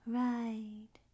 right